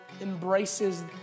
embraces